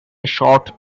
short